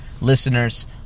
Listeners